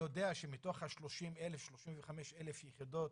אני יודע שמתוך ה-35,000 יחידות